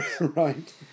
Right